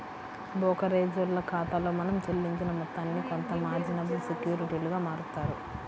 బోకరేజోల్ల ఖాతాలో మనం చెల్లించిన మొత్తాన్ని కొంత మార్జినబుల్ సెక్యూరిటీలుగా మారుత్తారు